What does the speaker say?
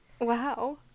Wow